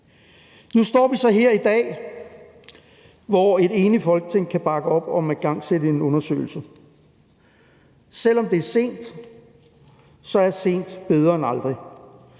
Nu står vi så her i dag, hvor et enigt Folketing kan bakke op om at igangsætte en undersøgelse. Selv om det er sent, er sent bedre end aldrig.